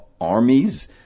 armies